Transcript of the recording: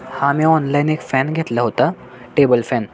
हा मी ऑनलाईन एक फॅन घेतला होता टेबल फॅन